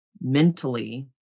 mentally